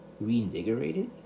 reinvigorated